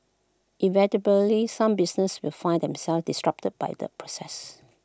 inevitably some businesses will find themselves disrupted by the process